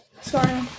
Sorry